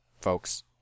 folks